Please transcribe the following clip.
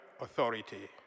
authority